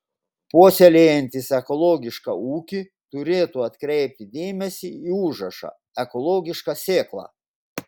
puoselėjantys ekologišką ūkį turėtų atkreipti dėmesį į užrašą ekologiška sėkla